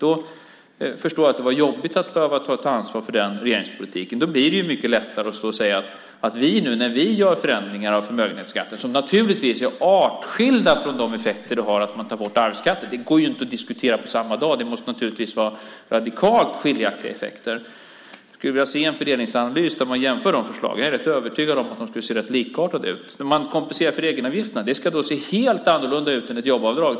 Jag förstår att det var jobbigt att behöva ta ansvar för den regeringspolitiken. Då är det mycket lättare att stå och prata om att vi nu gör förändringar av förmögenhetsskatten som naturligtvis är artskilda från de effekter det får när man tar bort arvsskatten. De går ju inte att diskutera på samma dag, tydligen! Det måste naturligtvis vara radikalt skiljaktiga effekter. Jag skulle vilja se en fördelningsanalys där man jämför de förslagen. Jag är rätt övertygad om att det skulle se rätt likartat ut. När man kompenserar för egenavgifterna ser det helt annorlunda ut än ett jobbavdrag.